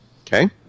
Okay